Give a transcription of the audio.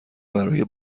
برای